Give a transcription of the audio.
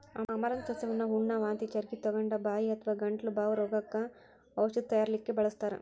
amaranth ಸಸ್ಯವನ್ನ ಹುಣ್ಣ, ವಾಂತಿ ಚರಗಿತೊಗೊಂಡ, ಬಾಯಿ ಅಥವಾ ಗಂಟಲ ಬಾವ್ ರೋಗಕ್ಕ ಔಷಧ ತಯಾರಿಸಲಿಕ್ಕೆ ಬಳಸ್ತಾರ್